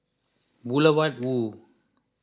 Boulevard Vue